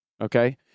okay